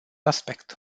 aspect